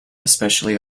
especially